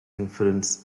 inference